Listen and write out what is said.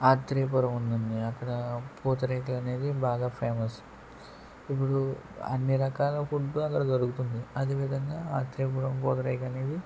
ఆత్రేయపురం ఉందండి అక్కడ పూతరేకులు అనేది బాగా ఫేమస్ ఇప్పుడూ అన్ని రకాల ఫుడ్డు అక్కడ దొరుకుతుంది అదేవిధంగా ఆత్రేయపురం పూతరేకనేది